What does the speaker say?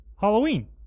halloween